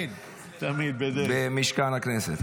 במשכן הכנסת.